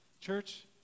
Church